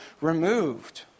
removed